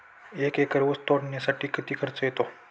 एक एकर ऊस तोडणीसाठी किती खर्च येतो?